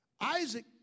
Isaac